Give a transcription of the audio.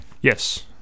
Yes